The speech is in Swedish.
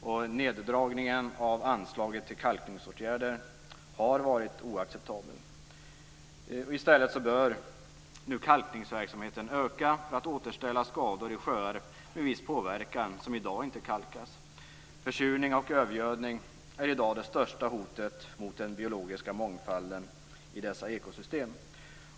Neddragningen av anslaget till kalkningsåtgärder har varit oacceptabel. I stället bör nu kalkningsverksamheten öka för att återställa skador i sjöar med viss påverkan som i dag inte kalkas. Försurning och övergödning är i dag det största hotet mot den biologiska mångfalden i dessa ekosystem.